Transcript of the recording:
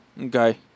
Okay